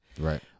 Right